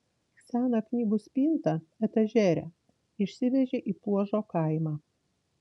seną knygų spintą etažerę išsivežė į puožo kaimą